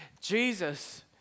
Jesus